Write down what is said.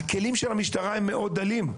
הכלים של המשטרה דלים מאוד.